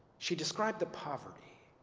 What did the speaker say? she described the poverty,